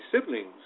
siblings